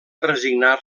resignar